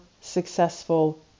successful